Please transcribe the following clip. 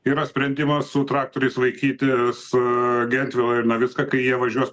yra sprendimas su traktoriais vaikytis gedvilą ir navicką kai jie važiuos